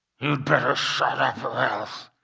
better shut up or else!